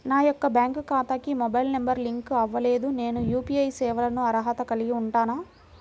నా యొక్క బ్యాంక్ ఖాతాకి మొబైల్ నంబర్ లింక్ అవ్వలేదు నేను యూ.పీ.ఐ సేవలకు అర్హత కలిగి ఉంటానా?